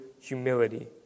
humility